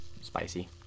Spicy